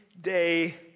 day